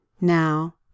Now